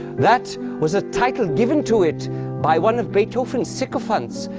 that was a title given to it by one of beethoven's sycophants,